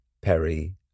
Perry